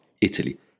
Italy